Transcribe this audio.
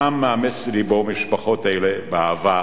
העם מאמץ ללבו משפחות אלה באהבה,